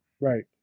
right